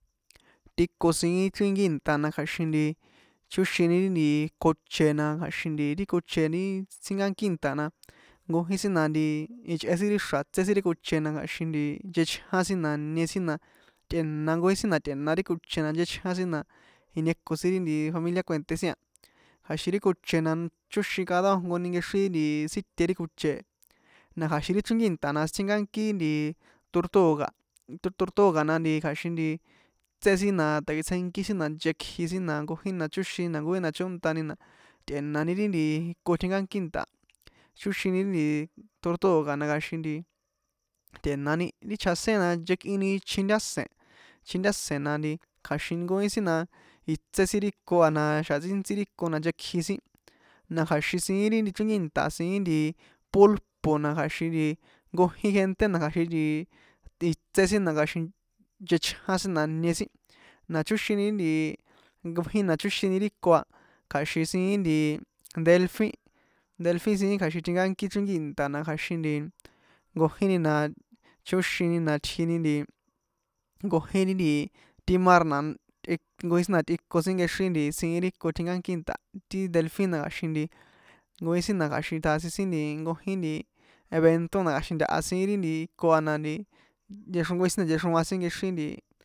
Ti iko siín chrínki inta na kja̱xin nti chóxini ri nti kóche na kja̱xin nti koche ntí sínkánki inta na nkojin sin na nti ichꞌe sin ixra̱ a tsé sin ri koche na kja̱xin nti nchechján sin na inie sin na tꞌe̱na nkojín sin ri koche na nchechján sin nieko sin ri familia kuènté sin a kja̱xin ri koche na chóxin cada nkojnkoni nkexrín nti síte ri koche e na kja̱xin ri chrínkí inta na sítjinkánkí nti turtòga̱ tor turtòga na kja̱xin nti tsé sin na takitsjenkí sin na nchekjin sin na jnkojíni na chóxini na nkojin ni na chóntani na tꞌe̱nani ri ko tjinkánki ntaa chóxini ri turtóga na kja̱xin tꞌe̱nani ri chjaséni nchekꞌini chjintáse̱n chjintáse̱n na kja̱xin nkojín sin itsé sin ri iko a ná na̱xa̱ ntsíntsí ri iko a na nchekji sin na kja̱xin siín ri chrínki inta siín nti pulpo na kja̱xin nti nkojin gente na kja̱xin nti itsé sin na kja̱xin nchechján sin na ñe sin na chóxini ri nti nkojíni na chóxini ri iko a kja̱xin siín nti delfi delfin siín kja̱xin tjinkánki chrínki inta na kja̱xin nti nkojíni na chóxini na tjini nti nkojín ri nti ti mar na tꞌi nkojín sin na tꞌikon sin nkexrin nti siín ri iko tjinkánki inta ti delfin na kja̱xin nti nkojín na kja̱xin tjasin sin nti nkojín nti evento na kja̱xin ntaha siín ri nti iko a na nkojín na nchexroan sin nkexrín.